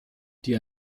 die